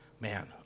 Man